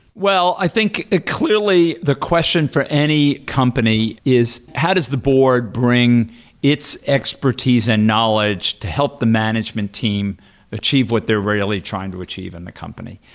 well, i think ah clearly the question for any company is how does the board bring its expertise and knowledge to help the management team achieve what they're really trying to achieve in the company?